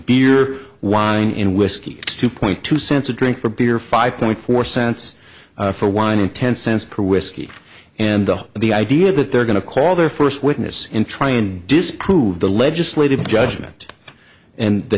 beer wine in whisky two point two cents a drink for beer five point four cents for wine and ten cents for whiskey and the the idea that they're going to call their first witness in try and disprove the legislative judgment and the